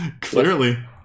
Clearly